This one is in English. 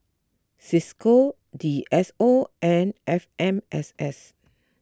Cisco D S O and F M S S